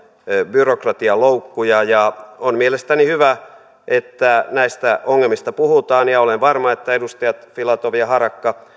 byrokratialoukkuja ja on mielestäni hyvä että näistä ongelmista puhutaan ja olen varma että edustajat filatov ja harakka